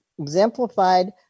exemplified